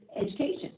education